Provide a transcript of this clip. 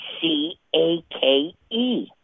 C-A-K-E